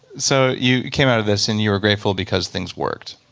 so, you came out of this and you were grateful because things worked.